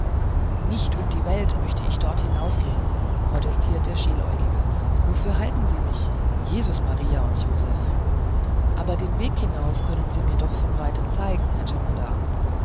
nicht um die welt möcht ich dort hinaufgehen protestiert der schieläugige wofür halten sie mich jesus maria und josef aber den weg hinauf könnten sie mir doch von weitem zeigen herr